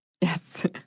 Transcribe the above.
Yes